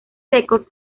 secos